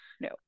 No